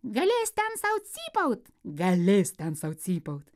galės ten sau cypaut galės ten sau cypaut